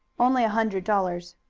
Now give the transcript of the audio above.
only a hundred dollars.